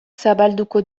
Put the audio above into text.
zabalduko